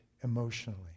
emotionally